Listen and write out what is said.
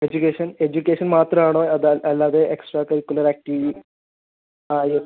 education education മാത്രമാണോ അതോ അല്ലാതെ എക്സ്ട്രാ കരിക്കുലർ ആക്റ്റീവ് ആയ